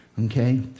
okay